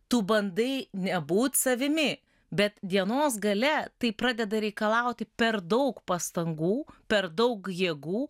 tu bandai nebūt savimi bet dienos gale tai pradeda reikalauti per daug pastangų per daug jėgų